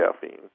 caffeine